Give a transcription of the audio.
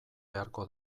beharko